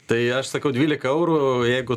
tai aš sakau dvylika eurų jeigu